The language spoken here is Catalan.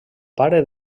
pare